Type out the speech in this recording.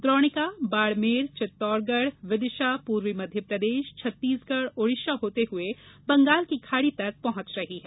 द्रोणिका के बाड़मेर चितौड़गढ़ विदिशा पूर्वी मध्यप्रदेश छत्तीसगढ़ ओडिशा होते हुए बंगाल की खाड़ी तक पहुंच रही है